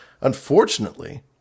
Unfortunately